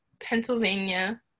Pennsylvania